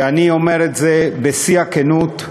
ואני אומר את זה בשיא הכנות.